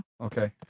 Okay